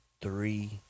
three